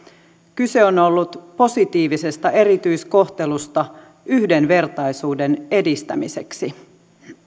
kyse on ollut positiivisesta erityiskohtelusta yhdenvertaisuuden edistämiseksi